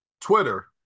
Twitter